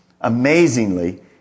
amazingly